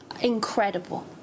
incredible